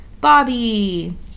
Bobby